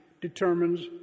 determines